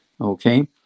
Okay